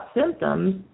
symptoms